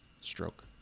stroke